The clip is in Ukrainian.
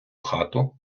хату